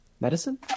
medicine